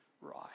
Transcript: right